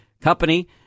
company